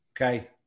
Okay